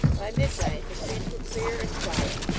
by midnight, the streets were clear and quiet,